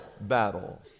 battle